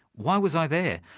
why was i there?